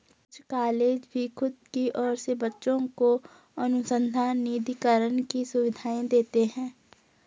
कुछ कॉलेज भी खुद की ओर से बच्चों को अनुसंधान निधिकरण की सुविधाएं देते हैं